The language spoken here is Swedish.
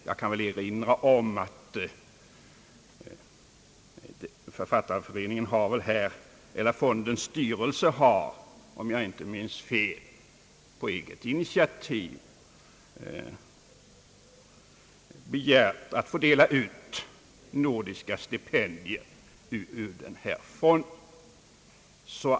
Jag kan erinra om att fondens styrelse, om jag inte minns fel, på eget initiativ begärt att få dela ut nordiska stipendier ur fonden.